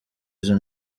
izo